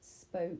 spoke